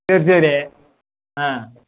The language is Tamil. சரி சரி ஆ